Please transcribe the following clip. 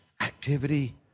activity